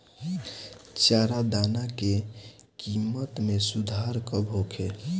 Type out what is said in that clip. चारा दाना के किमत में सुधार कब होखे?